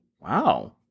Wow